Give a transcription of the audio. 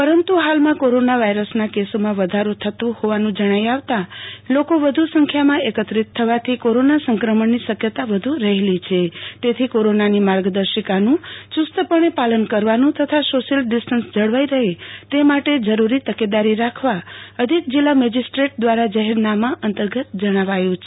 પરંતુ ફાલમાં કોરોના વધારો થતો હોવાનું જણાઈ આવતા લોકો વધુ સંખ્યામાં એકત્રિત થવાથી કોરોના સંક્રમણની શક્યતા વધુ રહેલી છે તેથી કોરોનાની માર્ગદર્શિકાનું યુસ્તપણે પાલન કરવાનું તથા સોશિયલ ડિસ્ટન્સ જળવાઈ રહે તે માટે જરૂરી તકેદારી રાખવા અધિક જીલ્લા મેજીસ્ટ્રેટ દ્રારા જાહેરનામાં અંગતર્ગત જણાવાયુ છે